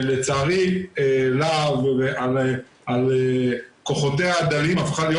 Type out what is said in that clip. לצערי לה"ב על כוחותיה הדלים הפכה להיות